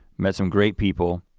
met some great people,